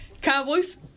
Cowboys